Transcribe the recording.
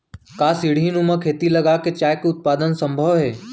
का सीढ़ीनुमा खेती लगा के चाय के उत्पादन सम्भव हे?